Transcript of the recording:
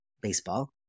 baseball